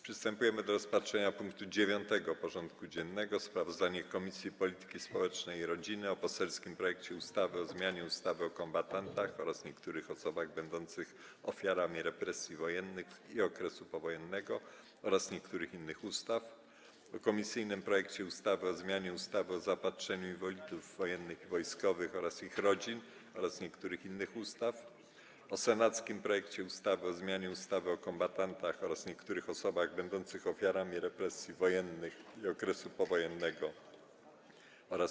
Przystępujemy do rozpatrzenia punktu 9. porządku dziennego: Sprawozdanie Komisji Polityki Społecznej i Rodziny: - o poselskim projekcie ustawy o zmianie ustawy o kombatantach oraz niektórych osobach będących ofiarami represji wojennych i okresu powojennego oraz niektórych innych ustaw, - o komisyjnym projekcie ustawy o zmianie ustawy o zaopatrzeniu inwalidów wojennych i wojskowych oraz ich rodzin oraz niektórych innych ustaw, - o senackim projekcie ustawy o zmianie ustawy o kombatantach oraz niektórych osobach będących ofiarami represji wojennych i okresu powojennego oraz